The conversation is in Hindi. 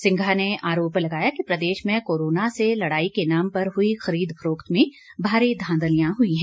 सिंघा ने आरोप लगाया कि प्रदेश में कोरोना से लड़ाई के नाम पर हुई खरीद फरोख्त में भारी धांधलियां हुई हैं